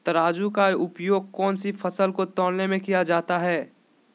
तराजू का उपयोग कौन सी फसल को तौलने में किया जाता है?